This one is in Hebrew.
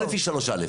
לא לפי 3(א).